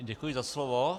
Děkuji za slovo.